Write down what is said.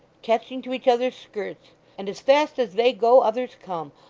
catching to each other's skirts and as fast as they go, others come!